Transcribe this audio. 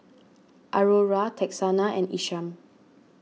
Aurora Texanna and Isham